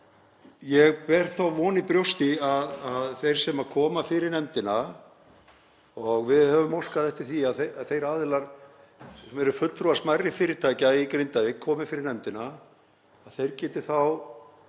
Ég ber þá von í brjósti að þeir sem koma fyrir nefndina, og við höfum óskað eftir því að þeir aðilar sem eru fulltrúar smærri fyrirtækja í Grindavík komi fyrir nefndina, geti þá